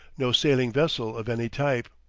no sailing vessel of any type.